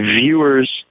viewer's